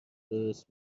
درست